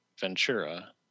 Ventura